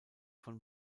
von